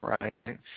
right